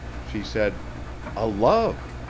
she said a love!